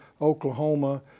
Oklahoma